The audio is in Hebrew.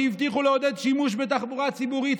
שהבטיחו לעודד שימוש בתחבורה הציבורית,